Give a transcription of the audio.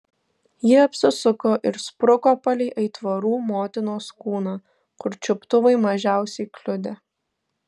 ji apsisuko ir spruko palei aitvarų motinos kūną kur čiuptuvai mažiausiai kliudė